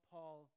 Paul